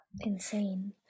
Insane